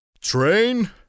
Train